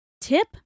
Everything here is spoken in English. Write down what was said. Tip